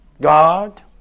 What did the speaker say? God